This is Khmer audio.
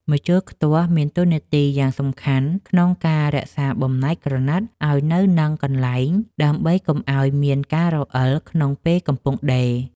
ម្ជុលខ្ទាស់មានតួនាទីយ៉ាងសំខាន់ក្នុងការរក្សាបំណែកក្រណាត់ឱ្យនៅនឹងកន្លែង ដើម្បីកុំឱ្យមានការរអិលក្នុងពេលកំពុងដេរ។